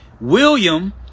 William